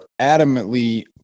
adamantly